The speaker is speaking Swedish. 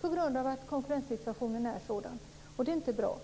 på grund av att konkurrenssituationen är sådan. Det är inte bra.